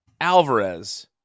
Alvarez